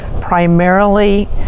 primarily